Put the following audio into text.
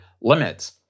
limits